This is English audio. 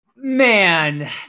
Man